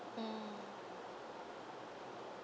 mm